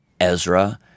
Ezra